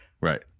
Right